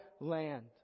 land